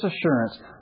assurance